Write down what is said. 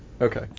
Okay